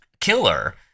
killer